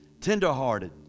Tender-hearted